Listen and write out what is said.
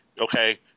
Okay